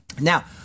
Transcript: Now